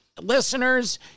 Listeners